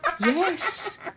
Yes